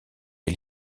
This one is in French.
ait